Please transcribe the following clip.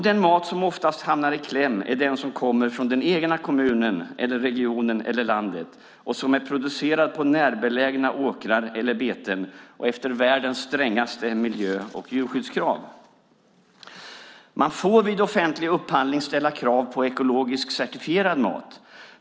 Den mat som oftast hamnar i kläm är den som kommer från den egna kommunen eller regionen eller det egna landet och som är producerad på närbelägna åkrar eller beten och efter världens strängaste miljö och djurskyddskrav. Man får vid offentlig upphandling ställa krav på ekologiskt certifierad mat.